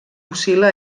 oscil·la